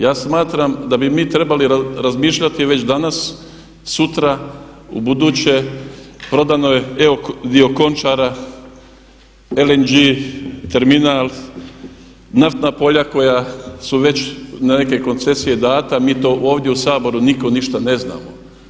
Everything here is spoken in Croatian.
Ja smatram da bi mi trebalo razmišljati već danas, sutra, ubuduće prodano je evo dio Končara, LNG terminal, naftna polja koja su već na neke koncesije dana, mi to ovdje u Saboru niko ništa ne znamo.